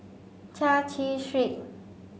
Chai Chee Street